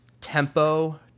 tempo